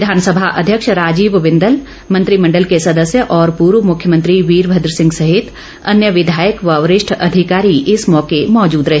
विधानसभा अध्यक्ष राजीव बिंदल मंत्रिमंडल के सदस्य और पूर्व मुख्यमंत्री वीरभद्र सिंह सहित अन्य विधायक व वरिष्ठ अधिकारी इस मौके मौजूद रहे